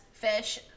Fish